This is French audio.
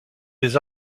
des